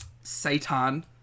Satan